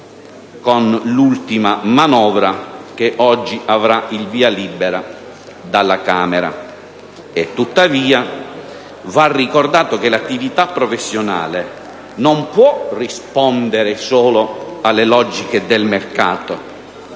con l'ultima manovra che oggi riceverà il via libera dalla Camera dei deputati. Tuttavia, va ricordato che l'attività professionale non può rispondere solo alle logiche del mercato,